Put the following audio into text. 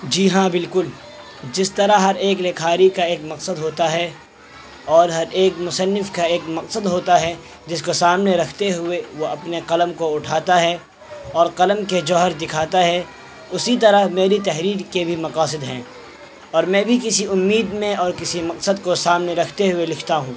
جی ہاں بالکل جس طرح ہر ایک لکھاری کا ایک مقصد ہوتا ہے اور ہر ایک مصنف کھا ایک مقصد ہوتا ہے جس کو سامنے رکھتے ہوئے وہ اپنے قلم کو اٹھاتا ہے اور قلم کے جوہر دکھاتا ہے اسی طرح میری تحریر کے بھی مقاصد ہیں اور میں بھی کسی امید میں اور کسی مقصد کو سامنے رکھتے ہوئے لکھتا ہوں